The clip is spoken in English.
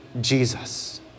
Jesus